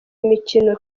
imikino